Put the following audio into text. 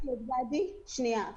שנייה.